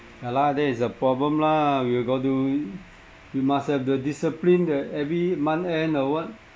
ya lah that it's a problem lah we got to we must have the discipline that every month end or what